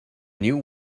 new